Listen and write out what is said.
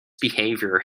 behaviour